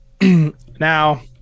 Now